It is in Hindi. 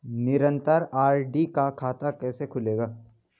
निरन्तर आर.डी का खाता कैसे खुलेगा?